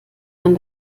man